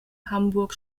hamburg